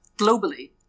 globally